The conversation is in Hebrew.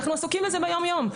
אנחנו עסוקים בזה ביום-יום.